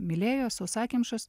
mylėjo sausakimšas